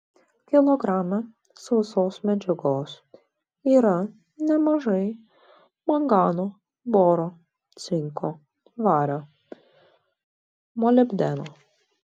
kilograme sausos medžiagos yra nemažai mangano boro cinko vario molibdeno